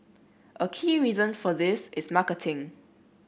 a key reason for this is marketing